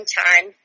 time